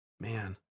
man